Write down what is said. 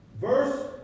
Verse